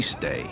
day